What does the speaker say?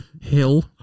hill